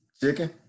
chicken